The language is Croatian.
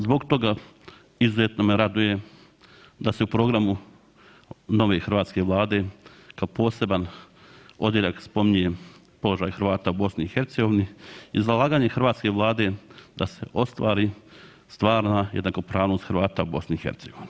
Zbog toga izuzetno me raduje da se u programu nove hrvatske Vlade kao poseban odjeljak spominje položaj Hrvata u BiH i zalaganje hrvatske Vlade da se ostvari stvarna jednakopravnost Hrvata u BiH.